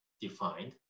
defined